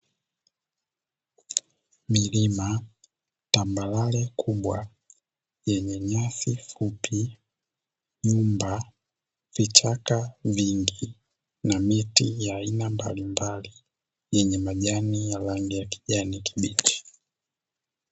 Milima, tambarare kubwa yenye nyasi fupi, nyumba, vichaka vingi na miti ya aina mbalimbali yenye majani ya rangi ya kijani kibichi.